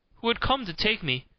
who had come to take me,